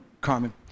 Carmen